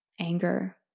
anger